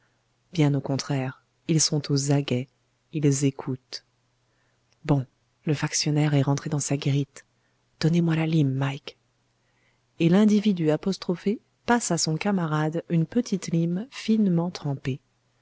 bien au contraire ils sont aux aguets ils écoutent bon le factionnaire est rentré dans sa guérite donnez-moi la lime mike et l'individu apostrophé passe à son camarade une petite lime finement trempée